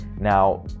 Now